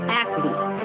athletes